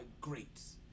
greats